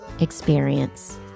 experience